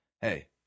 hey